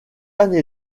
année